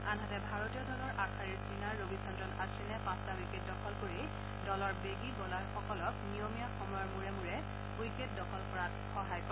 আনহাতে ভাৰতীয় দলৰ আগশাৰীৰ স্পীনাৰ ৰবিচন্দ্ৰন অখিনে পাঁচটা উইকেট দখল কৰি দলৰ বেগী বলাৰসকলৰ নিয়মীয়া সময়ৰ মূৰে মূৰে উইকেট দখল কৰাত সহায় কৰে